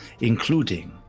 including